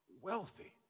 Wealthy